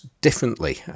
differently